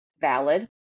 valid